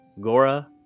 Gora